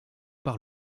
par